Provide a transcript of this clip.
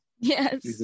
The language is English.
Yes